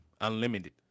Unlimited